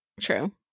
true